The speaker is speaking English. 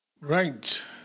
Right